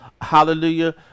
Hallelujah